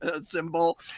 symbol